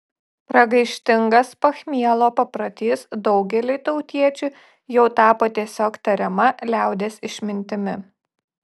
pragaištingas pachmielo paprotys daugeliui tautiečių jau tapo tiesiog tariama liaudies išmintimi